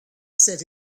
said